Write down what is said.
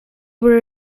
were